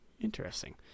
Interesting